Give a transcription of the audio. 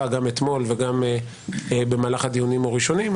גם אתמול וגם במהלך הדיונים הראשונים.